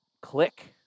click